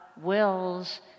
wills